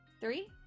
three